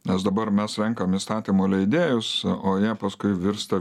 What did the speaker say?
nes dabar mes renkam įstatymų leidėjus o jie paskui virsta